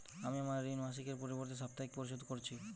আমি আমার ঋণ মাসিকের পরিবর্তে সাপ্তাহিক পরিশোধ করছি